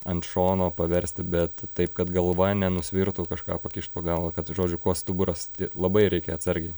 ant šono paversti bet taip kad galva nenusvirtų kažką pakišt po galva kad žodžiu kuo stuburas labai reikia atsargiai